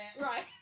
Right